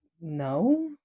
no